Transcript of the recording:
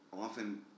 often